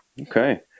okay